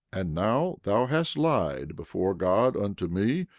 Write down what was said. and now thou hast lied before god unto me.